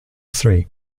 three